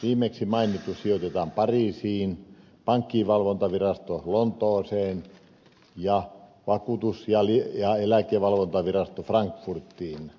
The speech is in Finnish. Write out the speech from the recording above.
viimeksi mainittu sijoitetaan pariisiin pankkivalvontavirasto lontooseen ja vakuutus ja eläkevalvontavirasto frankfurtiin